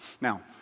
Now